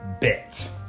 bit